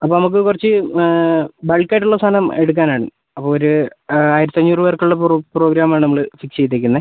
അപ്പോൾ നമുക്ക് കുറച്ച് ബൾക്കായിട്ടുള്ള സാധനം എടുക്കാനാണ് അപ്പം ഒരു ആയിരത്തഞ്ഞൂറ് പേർക്കുള്ള പ്രോഗ്രാം ആണ് നമ്മൾ ഫിക്സ് ചെയ്തിരിക്കുന്നത്